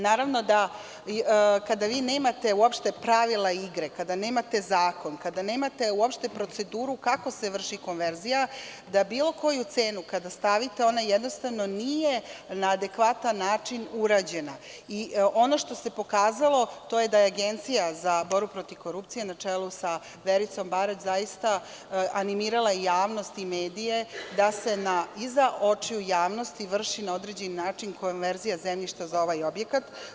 Naravno, kada nemate uopšte pravila igre, kada nemate zakon, kada nemate uopšte proceduru kako se vrši konverzija da bilo koju cenu kada stavite ona jednostavno nije na adekvatan način urađena i ono što se pokazalo to je da je Agencija za borbu protiv korupcije, na čelu sa Vericom Barać, zaista animirala javnost i medije da se iza očiju javnosti vrši na određeni način konverzija zemljišta za ovaj objekat.